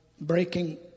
breaking